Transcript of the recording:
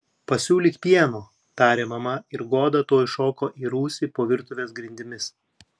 pasiūlyk pieno tarė mama ir goda tuoj šoko į rūsį po virtuvės grindimis